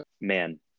man